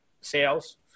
sales